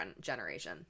generation